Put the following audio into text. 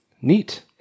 Neat